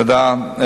תודה.